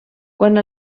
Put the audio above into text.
quant